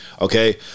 okay